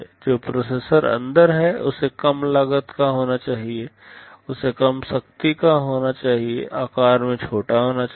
जो प्रोसेसर अंदर है उसे कम लागत का होना चाहिए उसे कम शक्ति का होना चाहिए आकार में छोटा होना चाहिए